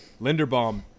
Linderbaum